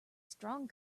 strong